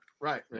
Right